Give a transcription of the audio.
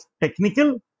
technical